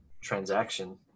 transaction